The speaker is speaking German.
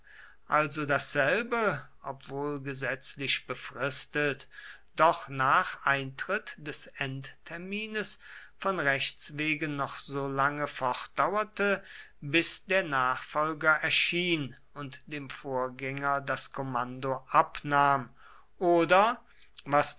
also dasselbe obwohl gesetzlich befristet doch nach eintritt des endtermines von rechts wegen noch so lange fortdauerte bis der nachfolger erschien und dem vorgänger das kommando abnahm oder was